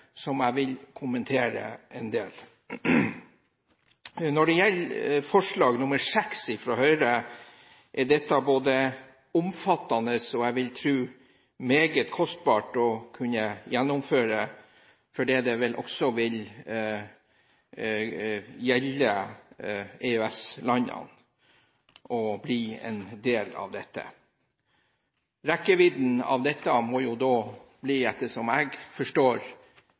som jeg vil kommentere. Når det gjelder forslag nr. 6, fra Høyre, er dette både omfattende og, vil jeg tro, meget kostbart å gjennomføre, fordi EØS-landene blir en del av dette. Rekkevidden av dette må da bli, etter det jeg forstår,